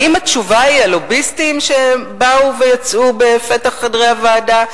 האם התשובה היא הלוביסטים שבאו ויצאו בפתח חדרי הוועדה?